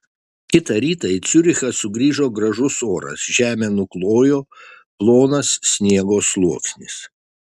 kitą rytą į ciurichą sugrįžo gražus oras žemę nuklojo plonas sniego sluoksnis